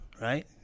right